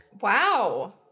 Wow